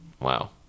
Wow